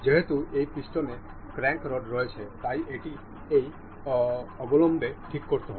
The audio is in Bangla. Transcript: যেহেতু এই পিস্টনে ক্র্যাঙ্ক রড রয়েছে তাই এটি এই অঞ্চলে ঠিক করতে হবে